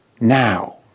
now